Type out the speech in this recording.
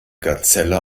gazelle